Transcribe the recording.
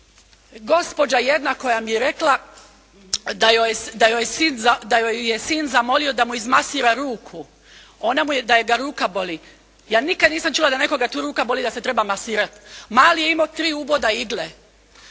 Gospođa jedna koja mi je rekla da ju je sin zamolio da mu izmasira ruku, da ga ruka boli. Ja nikad nisam čula da nekoga tu ruka boli, da se treba masirat. Mali je imao tri uboda igle.